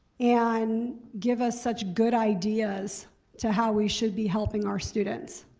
and give us such good ideas to how we should be helping our students.